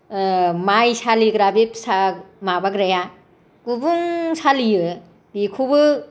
माइ सालिग्रा बे फिसा माबाग्राया गुबुं सालियो बेखौबो